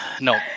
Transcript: No